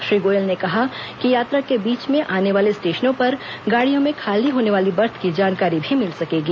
श्री गोयल ने कहा कि यात्रा के बीच में आने स्टेशनों पर गाड़ियों में खाली होने वाली बर्थ की जानकारी भी मिल सकेगी